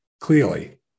clearly